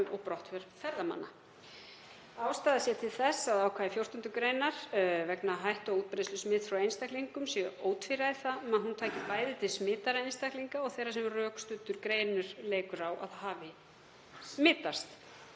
og brottför ferðamanna. Ástæða sé til þess að ákvæði 14. gr., um hættu á útbreiðslu smits frá einstaklingum, séu ótvíræð um það að hún taki bæði til smitaðra einstaklinga og þeirra sem rökstuddur grunur leikur á að hafi smitast.